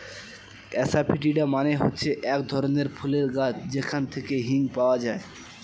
asafoetida মানে হচ্ছে এক ধরনের ফুলের গাছ যেখান থেকে হিং পাওয়া যায়